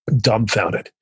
dumbfounded